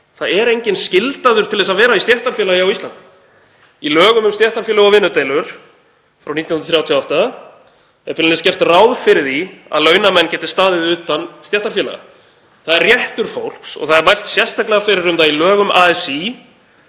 það er enginn skyldaður til að vera í stéttarfélagi á Íslandi. Í lögum um stéttarfélög og vinnudeilur frá 1938 er beinlínis gert ráð fyrir að launamenn geti staðið utan stéttarfélaga. Það er réttur fólks og það er mælt sérstaklega fyrir um það í lögum ASÍ